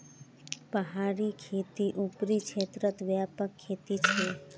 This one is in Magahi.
पहाड़ी खेती ऊपरी क्षेत्रत व्यापक खेती छे